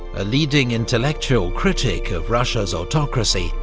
a leading intellectual critic of russia's autocracy,